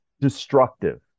destructive